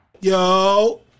Yo